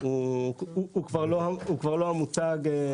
איך הם ידעו כולם בדיוק לא להגיע?